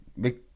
Big